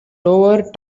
lower